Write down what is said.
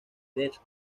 des